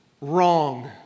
Wrong